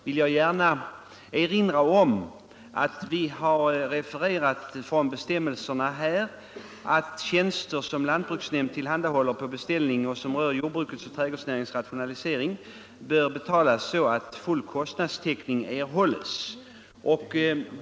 Vi har också i betänkandet refererat riksdagens tidigare uttalande att tjänster som lantbruksnämnd tillhandahåller på beställning och som rör jordbruks och trädgårdsnäringens rationalisering bör betalas så att full kostnadstäckning uppnås.